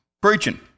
Preaching